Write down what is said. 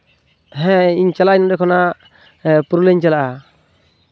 ᱦᱮᱸ ᱤᱧ ᱪᱟᱞᱟᱜ ᱟᱹᱧ ᱱᱚᱸᱰᱮ ᱠᱷᱚᱱᱟᱜ ᱦᱮᱸ ᱯᱩᱨᱩᱞᱤᱭᱟᱹᱧ ᱪᱟᱞᱟᱜᱼᱟ